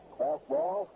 fastball